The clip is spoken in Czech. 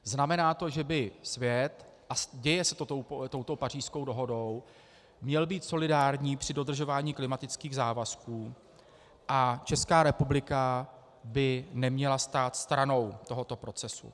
Znamená to, že by svět a děje se to touto Pařížskou dohodou měl být solidární při dodržování klimatických závazků a Česká republika by neměla stát stranou tohoto procesu.